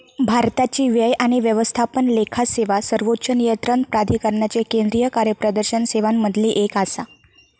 भारताची व्यय आणि व्यवस्थापन लेखा सेवा सर्वोच्च नियंत्रण प्राधिकरणाच्या केंद्रीय कार्यप्रदर्शन सेवांमधली एक आसा